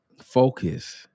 focus